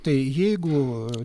tai jeigu